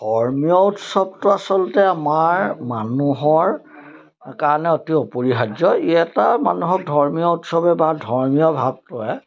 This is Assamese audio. ধৰ্মীয় উৎসৱটো আচলতে আমাৰ মানুহৰ কাৰণে অতি অপৰিহাৰ্য ই এটা মানুহক ধৰ্মীয় উৎসৱে বা ধৰ্মীয় ভাৱটোৱে